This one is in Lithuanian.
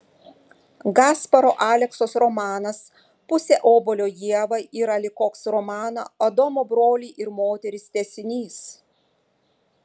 gasparo aleksos romanas pusė obuolio ievai yra lyg koks romano adomo broliai ir moterys tęsinys